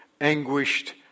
anguished